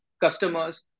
customers